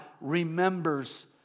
remembers